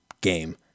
game